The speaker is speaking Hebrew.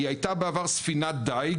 היא הייתה בעבר ספינת דיג,